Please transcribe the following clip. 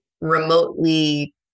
remotely